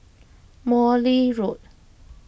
Morley Road